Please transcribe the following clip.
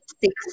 six